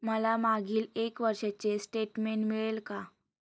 मला मागील एक वर्षाचे स्टेटमेंट मिळेल का?